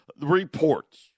reports